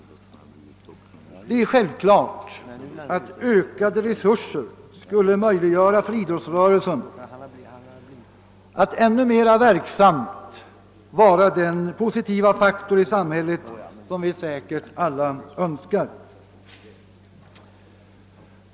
Ökade resurser skulle självfallet möjliggöra för idrottsrörelsen att ännu mera verksamt vara den positiva faktor i samhället som vi säkerligen alla önskar att den skall vara.